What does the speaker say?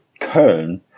Köln